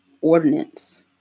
ordinance